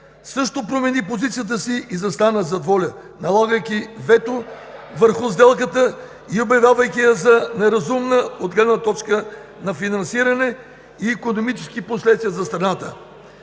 също промени позицията си и застана зад ВОЛЯ, налагайки вето (оживление, смях) върху сделката и обявявайки я за неразумна от гледна точка на финансиране и икономически последствия за страната,